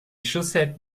chaussettes